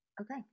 Okay